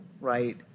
right